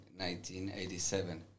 1987